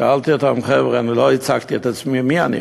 שאלתי אותם: חבר'ה, לא הצגתי את עצמי מי אני.